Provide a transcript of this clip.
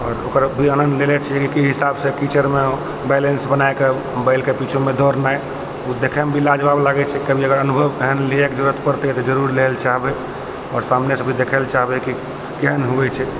आओर ओकरा भी आनन्द लेले छियै जेकि हिसाब सऽ कीचड़ मे बैलेंस बनाए कऽ बैल के पीछू मे दौड़नाइ ओ देखै मे भी लाजवाब लागै छै कभी अगर अनुभव एहन लिअ के जरुरत पड़तै तऽ जरुर लै लऽ चाहबै आओर सामने से भी देखै लऽ चाहबै कि केहन होइ छै